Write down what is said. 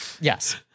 yes